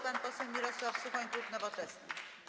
Pan poseł Mirosław Suchoń, klub Nowoczesna.